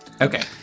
Okay